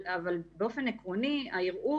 אבל רגע,